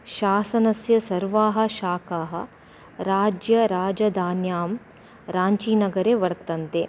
शासनस्य सर्वाः शाखाः राज्यराजधान्यां राञ्चीनगरे वर्तन्ते